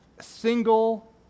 single